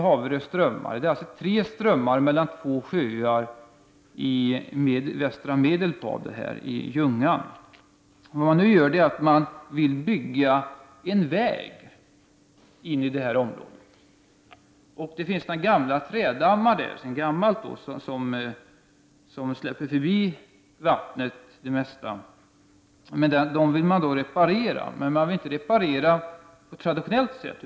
Haverö strömmar är tre strömmar mellan två sjöar i Ljungan i västra Medelpad. Nu vill man bygga en väg in i detta område. Det finns också några gamla trädammar som släpper förbi det mesta vattnet. Dem vill man reparera, men man vill inte reparera på ett traditionellt sätt.